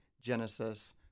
Genesis